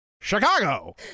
Chicago